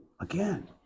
Again